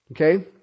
Okay